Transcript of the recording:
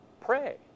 Pray